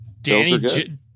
Danny